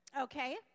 Okay